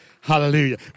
Hallelujah